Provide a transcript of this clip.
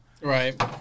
Right